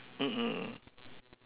mm mm